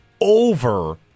over